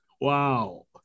Wow